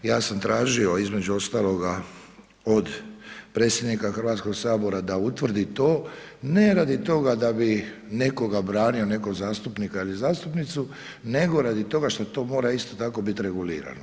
Ja sam tražio, između ostaloga od predsjednika HS-a da utvrdi to, ne radi toga da bi nekoga branio, nekog zastupnika ili zastupnicu, nego radi toga što to mora isto tako biti regulirano.